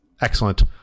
excellent